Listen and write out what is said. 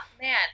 man